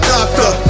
Doctor